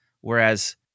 whereas